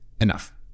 enough